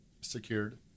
secured